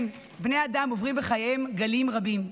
כן, בני אדם עוברים בחייהם גלים רבים,